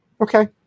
Okay